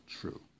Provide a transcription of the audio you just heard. true